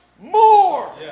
more